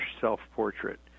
self-portrait